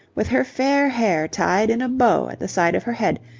with her fair hair tied in a bow at the side of her head,